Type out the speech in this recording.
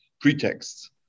pretexts